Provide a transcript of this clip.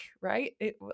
right